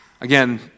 Again